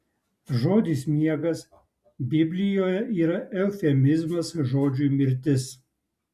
žodis miegas biblijoje yra eufemizmas žodžiui mirtis